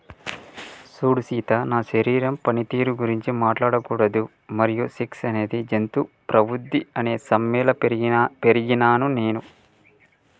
సూడు సీత నా శరీరం పనితీరు గురించి మాట్లాడకూడదు మరియు సెక్స్ అనేది జంతు ప్రవుద్ది అని నమ్మేలా పెరిగినాను నేను